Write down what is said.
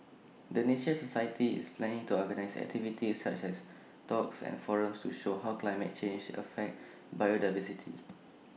the nature society is planning to organise activities such as talks and forums to show how climate change affects biodiversity